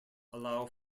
allow